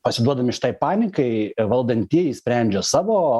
pasiduodami šitai panikai valdantieji sprendžia savo